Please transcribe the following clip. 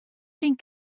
syn